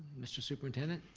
mr. superintendent?